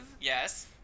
Yes